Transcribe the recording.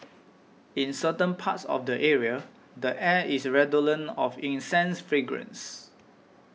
in certain parts of the area the air is redolent of incense fragrance